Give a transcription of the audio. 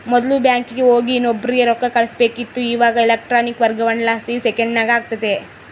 ಮೊದ್ಲು ಬ್ಯಾಂಕಿಗೆ ಹೋಗಿ ಇನ್ನೊಬ್ರಿಗೆ ರೊಕ್ಕ ಕಳುಸ್ಬೇಕಿತ್ತು, ಇವಾಗ ಎಲೆಕ್ಟ್ರಾನಿಕ್ ವರ್ಗಾವಣೆಲಾಸಿ ಸೆಕೆಂಡ್ನಾಗ ಆಗ್ತತೆ